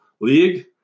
league